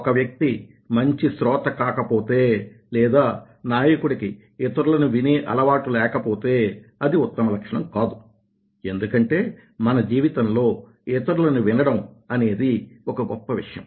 ఒక వ్యక్తి మంచి శ్రోత కాకపోతే లేదా నాయకుడికి ఇతరులను వినే అలవాటు లేకపోతే అది ఉత్తమ లక్షణం కాదు ఎందుకంటే మన జీవితంలో ఇతరులను వినడం అనేది ఒక గొప్ప విషయం